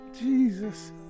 Jesus